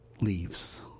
leaves